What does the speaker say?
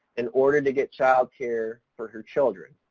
in order to get child care for her children.